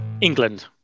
England